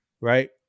Right